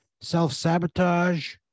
Self-sabotage